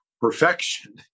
perfection